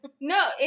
No